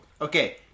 Okay